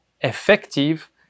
effective